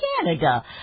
Canada